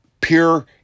pure